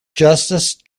justice